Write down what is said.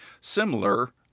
similar